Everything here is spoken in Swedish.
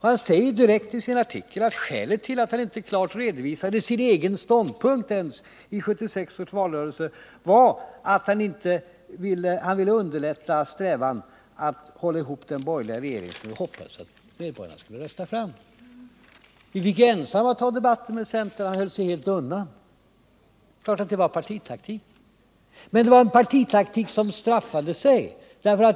Han säger direkt i sin artikel att skälet till att han inte klart redovisade sin egen ståndpunkt i 1976 års valrörelse var att han ville underlätta strävandena att hålla ihop den borgerliga regering som han hoppades att väljarna skulle rösta fram. Vi fick ensamma ta debatten med centern — Gösta Bohman höll sig helt undan. Det är klart att det var partitaktik. Men det var en partitaktik som straffade sig.